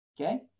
okay